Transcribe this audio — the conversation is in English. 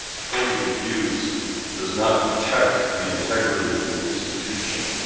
opposing views does not protect the integrity of the institution.